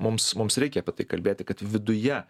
mums mums reikia apie tai kalbėti kad viduje